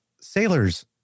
sailors